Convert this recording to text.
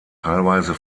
teilweise